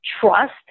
trust